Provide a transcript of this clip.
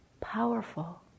powerful